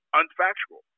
unfactual